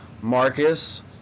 Marcus